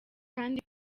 kandi